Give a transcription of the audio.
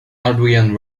adrian